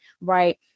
right